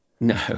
No